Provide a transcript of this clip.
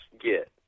get